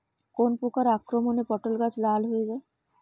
কোন প্রকার আক্রমণে পটল গাছ লাল হয়ে যায়?